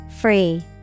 Free